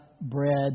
bread